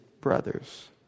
brothers